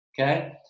okay